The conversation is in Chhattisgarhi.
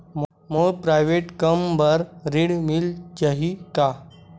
मोर प्राइवेट कम बर ऋण मिल जाही का?